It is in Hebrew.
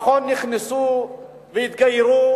נכון, נכנסו והתגיירו